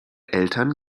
eltern